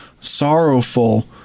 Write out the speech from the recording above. sorrowful